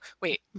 wait